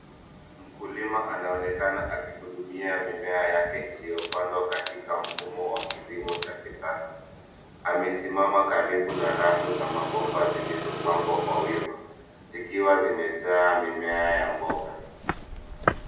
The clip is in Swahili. Mkulima anaonekana akihudumia mimea yake iliyopandwa katika mfumo wa kilimo cha kisasa. Amesimama karibu na rafu za mabomba zilizopangwa kwa wima, zikiwa zimejaa mimea ya mboga.